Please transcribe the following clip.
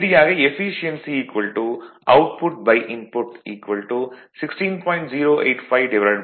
இறுதியாக efficiency output input 16